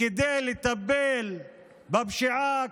כדי לטפל בפשיעה,